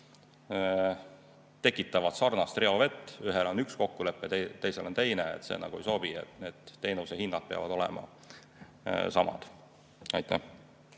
tekitavad sarnast reovett, ja kui ühel on üks kokkulepe, teisel on teine, siis see nagu ei sobi. Teenuse hinnad peavad olema samad. Aitäh!